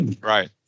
Right